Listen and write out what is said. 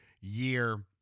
year